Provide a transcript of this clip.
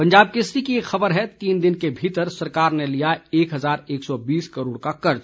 पंजाब केसरी की एक खबर है तीन दिन के भीतर सरकार ने लिया एक हजार एक सौ बीस करोड़ का कर्ज